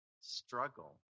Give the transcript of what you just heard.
struggle